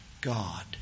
God